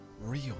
real